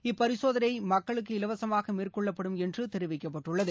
இப்பரிசோதனை மக்களுக்கு இலவசமாக மேற்கொள்ளப்படும் என்று தெரிவிக்கப்பட்டுள்ளது